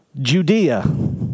Judea